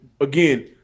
again